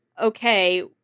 okay